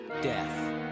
Death